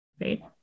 right